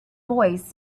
boys